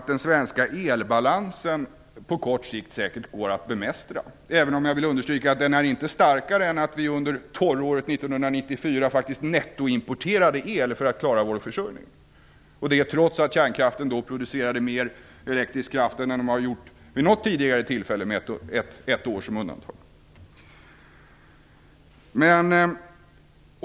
Den svenska elbalansen, herr talman, går säkert att bemästra på kort sikt, även om jag vill understryka att den inte är starkare än att vi under 1994 faktiskt nettoimporterade el för att klara vår försörjning, detta trots att kärnkraftverken producerade mer elektrisk kraft än vid något tidigare tillfälle, med ett år som undantag.